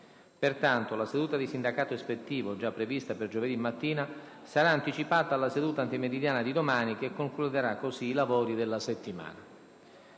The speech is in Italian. Pertanto, la seduta di sindacato ispettivo, già prevista per giovedì mattina, sarà anticipata alla seduta antimeridiana di domani, che concluderà così i lavori della settimana.